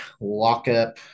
lockup